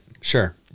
sure